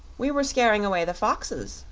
we were scaring away the foxes,